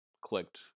clicked